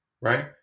right